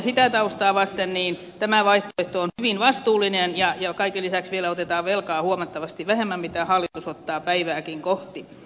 sitä taustaa vasten tämä vaihtoehto on hyvin vastuullinen ja kaiken lisäksi vielä otetaan velkaa huomattavasti vähemmän kuin hallitus ottaa päivääkin kohti